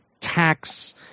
tax